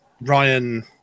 Ryan